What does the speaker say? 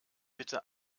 bitte